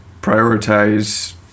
prioritize